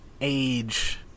age